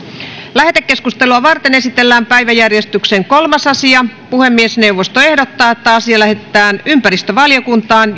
lähetekeskustelua varten esitellään päiväjärjestyksen kolmas asia puhemiesneuvosto ehdottaa että asia lähetetään ympäristövaliokuntaan